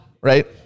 right